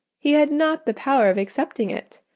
he had not the power of accepting it.